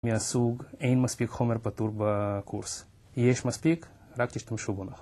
מהסוג אין מספיק חומר פתור בקורס. יש מספיק, רק תשתמשו בו נכון.